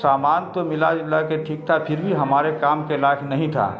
سامان تو ملا جلا کے ٹھیک تھا پھر بھی ہمارے کام کےلائق نہیں تھا